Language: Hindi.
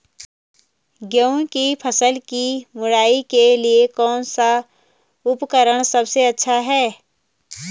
गेहूँ की फसल की मड़ाई के लिए कौन सा उपकरण सबसे अच्छा है?